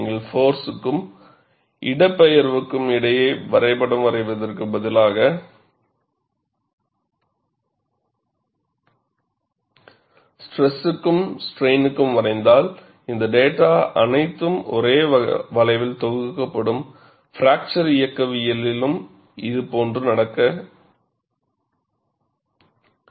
நீங்கள் ஃபோர்ஸுக்கும் இடப்பெயர்விற்கும் இடையே வரைபடம் வரைவதற்கு பதிலாக ஸ்ட்ரெஸுக்கும் ஸ்ட்ரைனுக்கும் வரைந்தால் இந்த டேட்டா அனைத்தும் ஒரே வளைவில் தொகுக்கப்படும் பிராக்சர் இயக்கவியலிலும் இதுபோன்ற ஒன்று நடந்தது